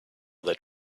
that